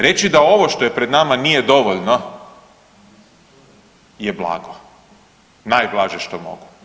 Reći da ovo što je pred nama nije dovoljno je blago, najblaže što mogu.